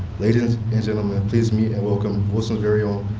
ladies and gentlemen, please meet and welcome wilson's very own,